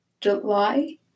July